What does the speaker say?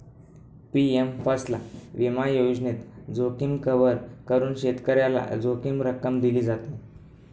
PM फसल विमा योजनेत, जोखीम कव्हर करून शेतकऱ्याला जोखीम रक्कम दिली जाते